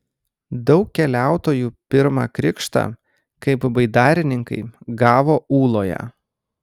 daug keliautojų pirmą krikštą kaip baidarininkai gavo ūloje